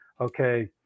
okay